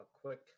quick